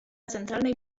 centralnej